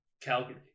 calgary